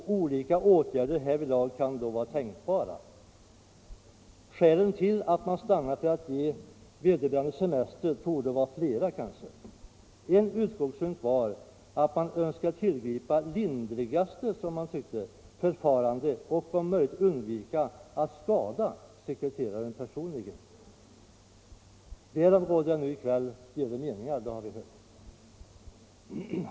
Olika åtgärder var härvidlag tänkbara. Skälen till att man stannade för att ge sekreteraren semester torde vara flera. En utgångspunkt var att man önskade tillgripa det lindrigaste förfarandet och om möjligt undvika att skada sekreteraren personligen. Härom råder delade meningar, vilket vi har hört i kväll.